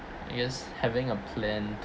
I guess having a plan